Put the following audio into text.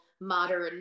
modern